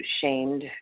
shamed